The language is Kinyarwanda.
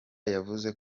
yavuze